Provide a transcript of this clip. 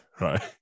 right